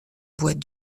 bois